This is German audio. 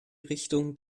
richtung